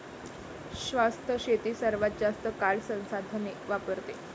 शाश्वत शेती सर्वात जास्त काळ संसाधने वापरते